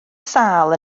sâl